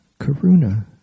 Karuna